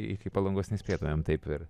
iki palangos nespėtumėm taip ir